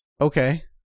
okay